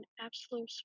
absolute